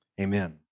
Amen